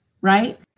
right